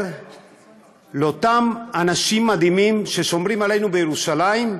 לאותם אנשים מדהימים ששומרים עלינו בירושלים,